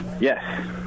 Yes